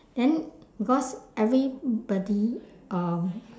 then because everybody um